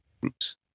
groups